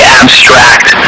abstract